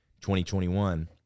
2021